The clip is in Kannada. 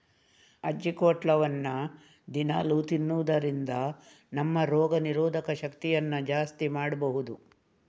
ಅಜ್ಜಿಕೊಟ್ಲವನ್ನ ದಿನಾಲೂ ತಿನ್ನುದರಿಂದ ನಮ್ಮ ರೋಗ ನಿರೋಧಕ ಶಕ್ತಿಯನ್ನ ಜಾಸ್ತಿ ಮಾಡ್ಬಹುದು